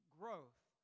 growth